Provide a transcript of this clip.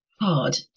hard